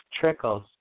trickles